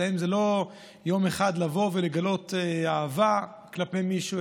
אצלם זה לא יום אחד לבוא ולגלות אהבה כלפי מישהו,